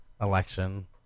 election